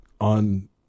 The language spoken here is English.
on